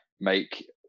make